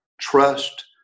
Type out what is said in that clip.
trust